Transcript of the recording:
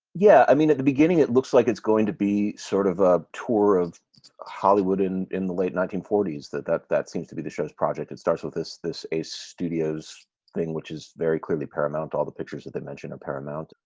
yeah. i mean, at the beginning, it looks like it's going to be sort of a tour of hollywood in in the late nineteen forty s, that that that seems to be the show's project. it starts with this this a studios' thing, which is very clearly paramount. all the pictures that they mentioned are paramount.